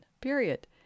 Period